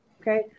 okay